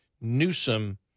Newsom